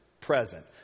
Present